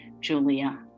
Julia